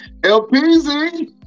LPZ